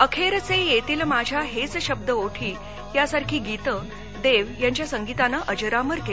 अखेरचे येतील माझ्या हेच शब्द ओठी यासारखी गीतं देव यांच्या संगीतानं अजरामर केली